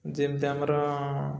ଯେମିତି ଆମର